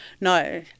No